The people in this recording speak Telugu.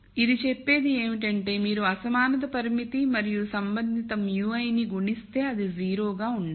కాబట్టి ఇది చెప్పేది ఏమిటంటే మీరు అసమానత పరిమితి మరియు సంబంధిత μi నీ గుణిస్తే అది 0 గా ఉండాలి